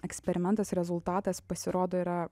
eksperimentas rezultatas pasirodo yra